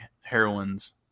heroines